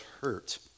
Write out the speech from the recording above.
hurt